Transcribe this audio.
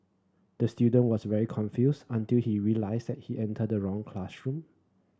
the student was very confused until he realised that he entered the wrong classroom